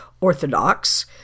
Orthodox